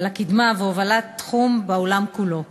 על הקדמה ועל הובלת התחום בעולם כולו.